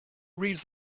reads